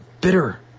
bitter